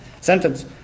sentence